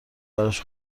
براش